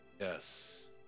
Yes